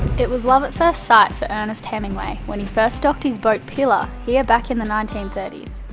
it was love at first sight for ernest hemingway when he first docked his boat, pilar, here back in the nineteen thirty s.